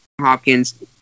Hopkins